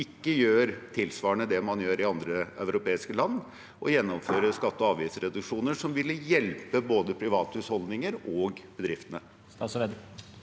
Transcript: ikke gjør tilsvarende det man gjør i andre europeiske land, og gjennomfører skatte- og av giftsreduksjoner som ville hjelpe både private husholdninger og bedrifter?